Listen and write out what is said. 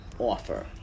offer